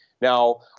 Now